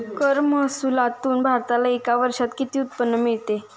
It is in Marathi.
कर महसुलातून भारताला एका वर्षात किती उत्पन्न मिळते?